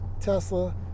Tesla